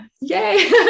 Yay